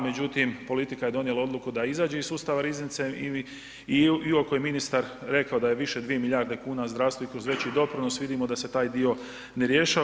Međutim politika je donijela odluku da iziđe iz sustava riznice i iako je ministar rekao da je više 2 milijarde kuna zdravstvu i kroz veći doprinos vidimo da se taj dio ne rješava.